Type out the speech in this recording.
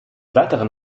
weiteren